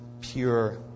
pure